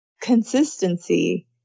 consistency